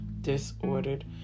disordered